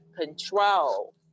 control